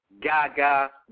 gaga